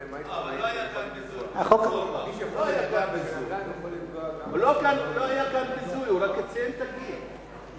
אבל לא היה כאן ביזוי, הוא רק ציין את הגיל.